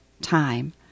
time